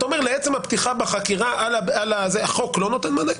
אתה אומר, לעצם הפתיחה בחקירה החוק לא נותן מענה.